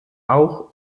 auch